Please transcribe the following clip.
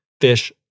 fish